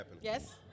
yes